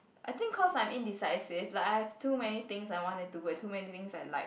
I think cause I'm indecisive like I have too many things I want to do and too many things I like